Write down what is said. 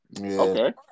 Okay